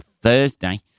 Thursday